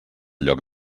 lloc